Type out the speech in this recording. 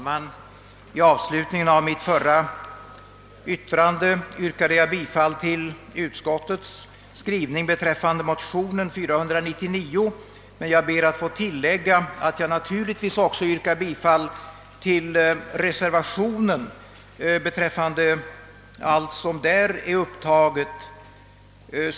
Herr talman! I mitt förra anförande yrkade jag avslutningsvis bifall till utskottets skrivning beträffande motionen II: 499. Jag ber att få tillägga att jag naturligtvis också yrkar bifall till reservationen i dess helhet.